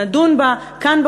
נדון בה כאן,